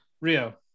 Rio